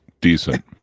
decent